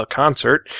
concert